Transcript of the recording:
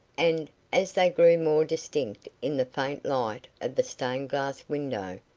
and, as they grew more distinct in the faint light of the stained-glass window,